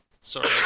Sorry